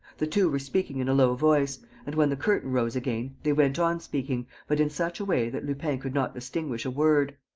the two were speaking in a low voice and, when the curtain rose again, they went on speaking, but in such a way that lupin could not distinguish a word.